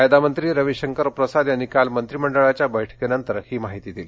कायदा मंत्री रवीशंकर प्रसाद यांनी काल मंत्रीमंडळाच्या वैठकीनंतर ही माहिती दिली